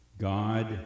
god